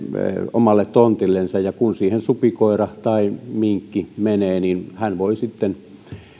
omalle tontilleen ja kun siihen supikoira tai minkki menee niin hän voi sitten